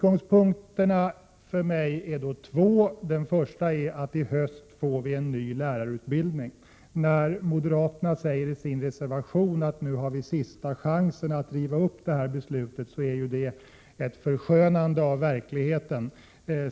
Jag tänker göra detta från två utgångspunkter. Den första är att vi i höst får en ny lärarutbildning. När moderaterna i sin reservation säger att det nu skulle vara sista chansen att riva upp detta beslut innebär detta ett förskönande av verkligheten.